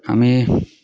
আমি